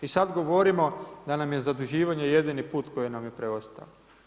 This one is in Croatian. I sada govorimo da nam je zaduživanje jedini put koji nam je preostao.